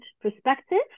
perspective